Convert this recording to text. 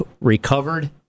recovered